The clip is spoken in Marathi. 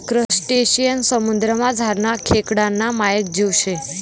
क्रसटेशियन समुद्रमझारना खेकडाना मायेक जीव शे